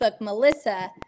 Melissa